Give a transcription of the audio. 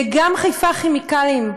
וגם "חיפה כימיקלים",